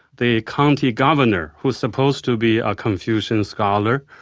the county governor, who's supposed to be a confucian scholar,